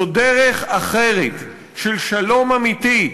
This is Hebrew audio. זו דרך אחרת של שלום אמיתי,